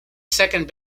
second